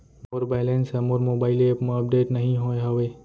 मोर balance हा मोर mobile app मा अपडेट नहीं होय हवे